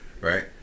right